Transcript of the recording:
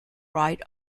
right